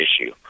issue